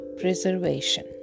Preservation